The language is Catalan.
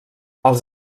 els